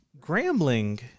Grambling